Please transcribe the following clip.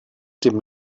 dem